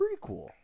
prequel